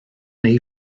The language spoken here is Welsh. neu